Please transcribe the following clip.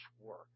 work